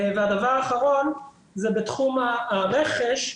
דבר אחרון זה בתחום הרכש.